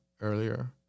earlier